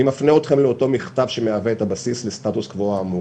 אני מפנה אתכם לאותו מכתב שמהווה את הבסיס לסטטוס קוו האמור,